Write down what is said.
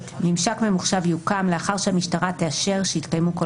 ממשק ממוחשב יוקם לאחר שהמשטרה תאשר שהתקיימו כל